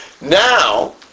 now